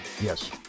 Yes